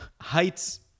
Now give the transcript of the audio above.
heights